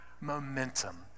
momentum